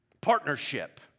partnership